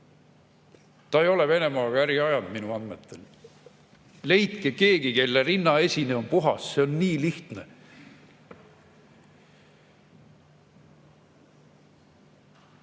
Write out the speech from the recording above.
Ta ei ole Venemaaga äri ajanud minu andmetel. Leidke keegi, kelle rinnaesine on puhas – see on nii lihtne. Mul